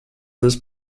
this